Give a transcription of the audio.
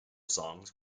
songs